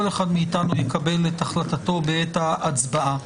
כל אחד מאיתנו יקבל את החלטתו בעת ההצבעה.